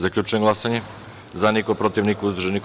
Zaključujem glasanje: za – niko, protiv – niko, uzdržan – niko.